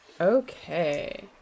Okay